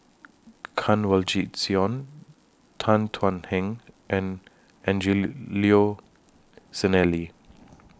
Kanwaljit Soin Tan Thuan Heng and Angelo Sanelli